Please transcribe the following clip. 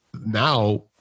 now